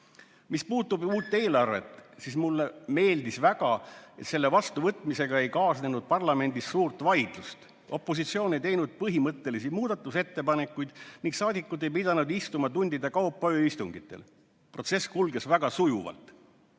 "Mis puudutab uut eelarvet, siis mulle meeldis väga, et selle vastuvõtmisega ei kaasnenud parlamendis suurt vaidlust. Opositsioon ei teinud põhimõttelisi muudatusettepanekuid ning saadikud ei pidanud istuma tundide kaupa ööistungitel. Protsess kulges väga sujuvalt."